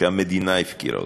שהמדינה הפקירה אותם.